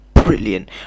brilliant